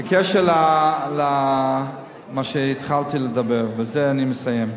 בקשר למה שהתחלתי לומר, ובזה אני מסיים,